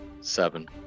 seven